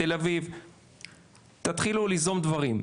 אוניברסיטת תל אביב תתחילו ליזום דברים.